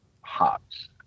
hops